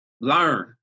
learn